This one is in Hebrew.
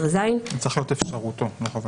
זה צריך להיות "אפשרותו", לא "חזקה".